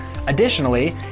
Additionally